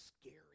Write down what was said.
scary